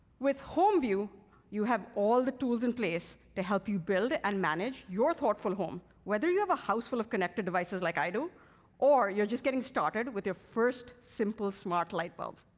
with home view you have all the tools in place to help you build and manage your thoughtful home, whether you have a house full of connected devices like i do or you're just getting started with your first simple smart light bulb.